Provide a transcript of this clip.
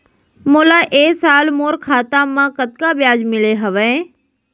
मोला ए साल मोर खाता म कतका ब्याज मिले हवये?